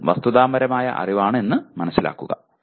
അതും വസ്തുതാപരമായ അറിവാണ് എന്ന് മനസിലാക്കുക